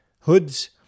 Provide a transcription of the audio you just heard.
hoods